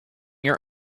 your